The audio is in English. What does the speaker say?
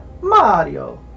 mario